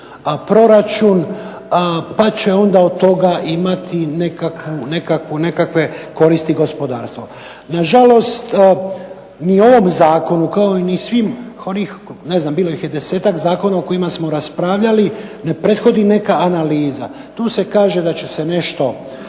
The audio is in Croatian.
proračun pa će onda od toga imati nekakve koristi gospodarstvo. Nažalost, ni u ovom zakonu kao ni svih onih, bilo ih je 10-tak zakona o kojima smo raspravljali, ne prethodi neka analiza. Tu se kaže da će se nešto